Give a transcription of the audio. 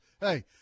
Hey